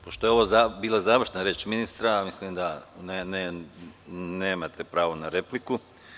Pošto je ovo bila završna reč ministra, mislim da nemate pravo na repliku.